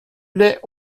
lait